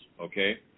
okay